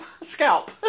Scalp